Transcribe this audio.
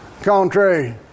contrary